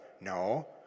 No